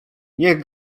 niech